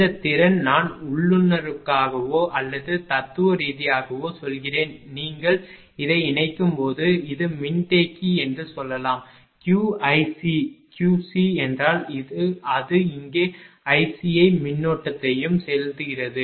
இந்த திறன் நான் உள்ளுணர்வாகவோ அல்லது தத்துவ ரீதியாகவோ சொல்கிறேன் நீங்கள் இதை இணைக்கும்போது இது மின்தேக்கி என்று சொல்லலாம் QiC QC என்றால் அது இங்கே iC ஐ மின்னோட்டத்தையும் செலுத்துகிறது